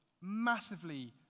massively